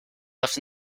left